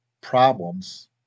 problems